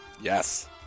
Yes